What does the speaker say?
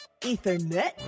ethernet